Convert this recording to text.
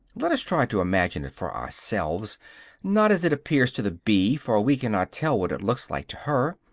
let us try to imagine it for ourselves not as it appears to the bee, for we cannot tell what it looks like to her,